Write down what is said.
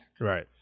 Right